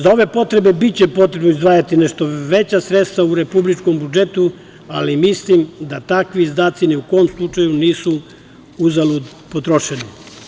Za ove potrebe biće potrebno izdvajati nešto veća sredstva u republičkom budžetu, ali mislim da takvi izdaci ni u kom slučaju nisu uzalud potrošeni.